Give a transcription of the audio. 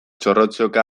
txorrotxioka